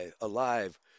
alive